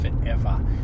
forever